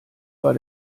war